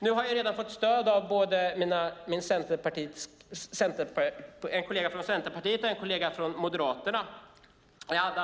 Nu har jag redan fått stöd av både en kollega från Centerpartiet och en kollega från Moderaterna.